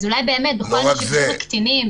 אולי באמת כל מה שקשור לקטינים,